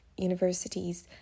universities